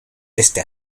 desde